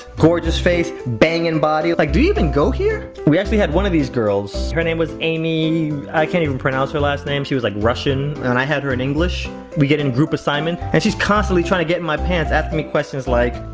gorgeous faces, banging bodies, like, do you even go here? we actually had one of these girls, her name was amy, i can't even pronounce her last name, she was like russian, and i had her in english. we get in group assignments, and she's constantly trying to get in my pants, asking me questions, like,